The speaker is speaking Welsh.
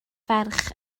ferch